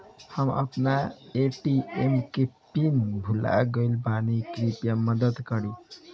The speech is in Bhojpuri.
हम आपन ए.टी.एम के पीन भूल गइल बानी कृपया मदद करी